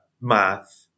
math